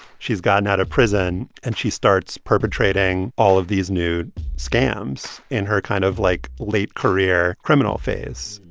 she's gotten out of prison, and she starts perpetrating all of these new scams in her kind of, like, late career criminal phase.